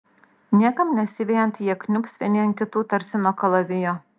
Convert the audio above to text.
niekam nesivejant jie kniubs vieni ant kitų tarsi nuo kalavijo